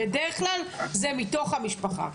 בדרך כלל זה מתוך המשפחה,